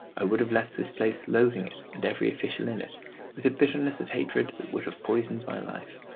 i would have left this place loathing it and every official in it with a bitterness of hatred that would have poisoned my life.